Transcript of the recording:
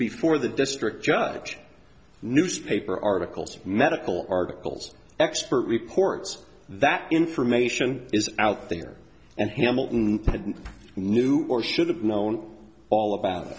before the district judge newspaper articles or medical articles expert reports that information is out there and hamilton knew or should have known all about